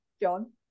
John